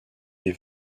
des